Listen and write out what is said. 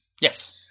Yes